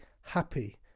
happy